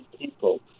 people